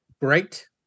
Great